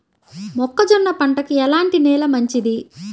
మొక్క జొన్న పంటకు ఎలాంటి నేల మంచిది?